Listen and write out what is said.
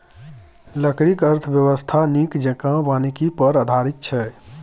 लकड़ीक अर्थव्यवस्था नीक जेंका वानिकी पर आधारित छै